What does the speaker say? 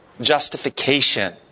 justification